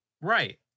Right